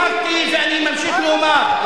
נא לסיים.